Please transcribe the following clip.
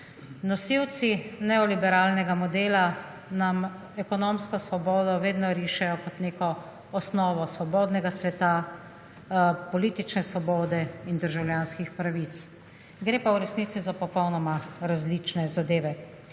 Nosilci neoliberalnega modela nam ekonomsko svobodo vedno rišejo kot neko osnovo svobodnega sveta, politične svobode in državljanskih pravic, gre pa v resnici za popolnoma različne zadeve.